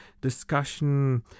discussion